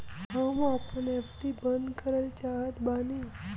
हम आपन एफ.डी बंद करल चाहत बानी